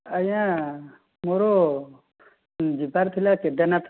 ଆଜ୍ଞା ମୋର ଯିବାର ଥିଲା କେଦାରନାଥ